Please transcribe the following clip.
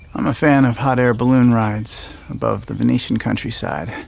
i'm a fan of hot air balloon rides above the venetian countryside.